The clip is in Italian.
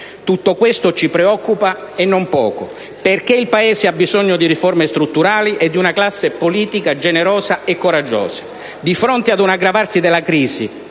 Tutto questo ci preoccupa e non poco, perché il Paese ha bisogno di riforme strutturali e di una classe politica generosa e coraggiosa. Di fronte ad un'aggravarsi della crisi,